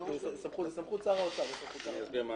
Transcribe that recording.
זאת סמכות שר האוצר ולא שר הפנים.